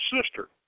sister